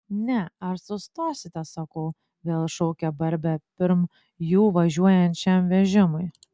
ne ar sustosite sakau vėl šaukia barbė pirm jų važiuojančiam vežimui